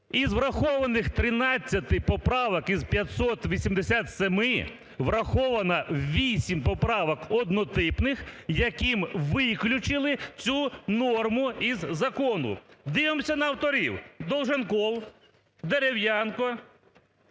Із врахованих 13 поправок із 587-и враховано 8 поправок однотипних, яким виключили цю норму із закону. Дивимося на авторів: Долженков, Дерев'янко,